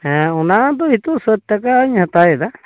ᱦᱮᱸ ᱚᱱᱟ ᱫᱚ ᱱᱤᱛᱳᱜ ᱥᱟᱹᱴ ᱴᱟᱠᱟᱧ ᱦᱟᱛᱟᱣᱮᱫᱟ